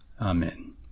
Amen